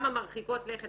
גם המרחיקות-לכת